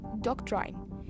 doctrine